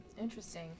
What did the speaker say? Interesting